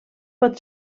pot